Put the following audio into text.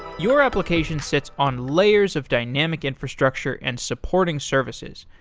your application sits on layers of dynamic infrastructure and supporting services.